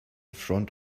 front